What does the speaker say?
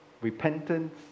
repentance